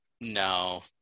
No